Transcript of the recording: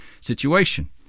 situation